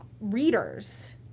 readers